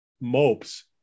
mopes